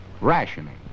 rationing